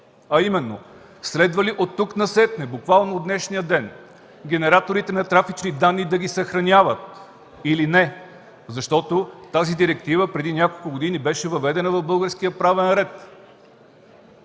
А именно, следва ли от тук насетне, буквално от днешния ден, генераторите на трафични данни да ги съхраняват или не, защото тази директива преди няколко години беше въведена в българския правен ред?